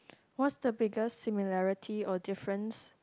what's the biggest similarity or difference